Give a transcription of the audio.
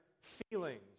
feelings